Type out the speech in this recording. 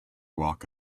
walk